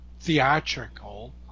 theatrical